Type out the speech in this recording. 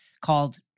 called